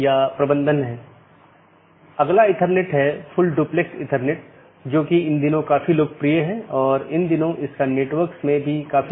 BGP चयन एक महत्वपूर्ण चीज है BGP एक पाथ वेक्टर प्रोटोकॉल है जैसा हमने चर्चा की